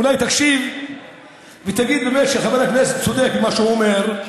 אולי תקשיב ותגיד שחבר הכנסת צודק במה שהוא אומר.